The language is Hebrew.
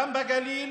גם בגליל